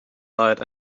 died